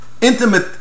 intimate